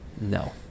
No